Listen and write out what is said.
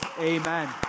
amen